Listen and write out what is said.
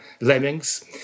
lemmings